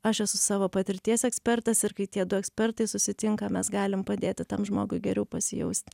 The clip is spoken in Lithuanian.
aš esu savo patirties ekspertas ir kai tie du ekspertai susitinka mes galim padėti tam žmogui geriau pasijausti